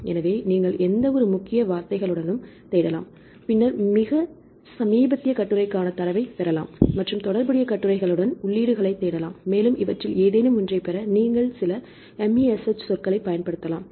எனவே நீங்கள் எந்தவொரு முக்கிய வார்த்தைகளுடனும் தேடலாம் பின்னர் மிகச் சமீபத்திய கட்டுரைக்கான தரவைப் பெறலாம் மற்றும் தொடர்புடைய கட்டுரைகளுடன் உள்ளீடுகளைத் தேடலாம் மேலும் இவற்றில் ஏதேனும் ஒன்றைப் பெற நீங்கள் சில MeSH சொற்களைப் பயன்படுத்தலாம்